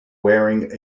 wearing